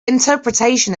interpretation